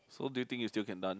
so do you think you still can dance